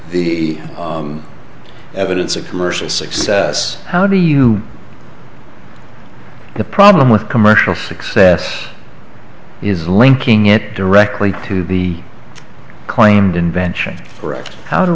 e evidence of commercial success how do you the problem with commercial success is linking it directly to the claimed invention or how do